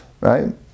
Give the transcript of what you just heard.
right